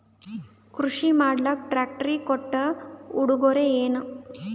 ಕೃಷಿ ಮಾಡಲಾಕ ಟ್ರಾಕ್ಟರಿ ಕೊಟ್ಟ ಉಡುಗೊರೆಯೇನ?